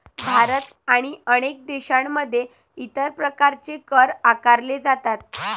भारत आणि अनेक देशांमध्ये इतर प्रकारचे कर आकारले जातात